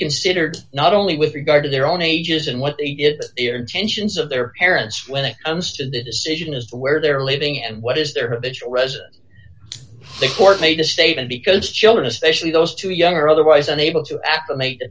considered not only with regard to their own ages and what they get their intentions of their parents when it comes to the decision is where they're living and what is there is resident the court made a statement because children especially those too young or otherwise unable to a